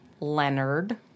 Leonard